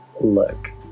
look